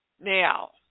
Now